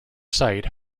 site